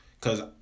Cause